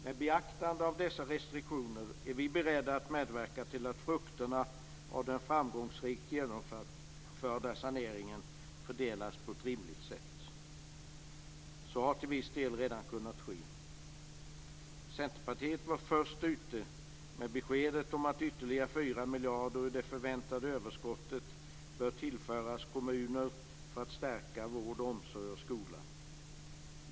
Med beaktande av dessa restriktioner är vi beredda att medverka till att frukterna av den framgångsrikt genomförda saneringen fördelas på ett rimligt sätt. Så har till viss del redan kunnat ske. Centerpartiet var först ut med beskedet om att ytterligare 4 miljarder ur det förväntade överskottet bör tillföras kommuner för att stärka vård, omsorg och skola.